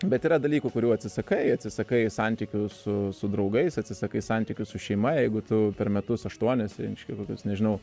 bet yra dalykų kurių atsisakai atsisakai santykių su su draugais atsisakai santykių su šeima jeigu tu per metus aštuonis reiškia nežinau